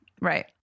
Right